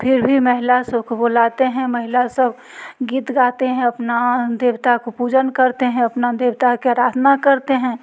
फिर भी महिला सुब को बुलाते हैं महिला सब गीत गाते हैं अपने देवता की पूजन करते हैं अपने देवता की अराधना करते हैं